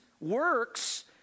works